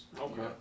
Okay